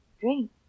drink